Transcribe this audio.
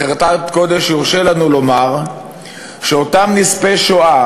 בחרדת קודש יורשה לנו לומר שאותם נספי שואה